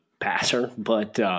passer—but